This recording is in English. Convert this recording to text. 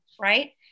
right